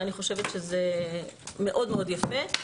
ואני חושבת שזה מאוד מאוד יפה.